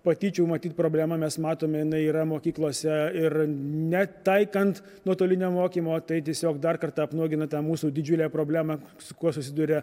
patyčių matyt problemą mes matome jinai yra mokyklose ir net taikant nuotolinio mokymo tai tiesiog dar kartą apnuogina tą mūsų didžiulę problemą su kuo susiduria